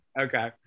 Okay